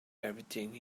everything